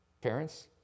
Parents